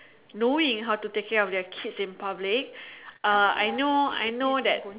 knowing how to take care of their kids in public uh I know I know that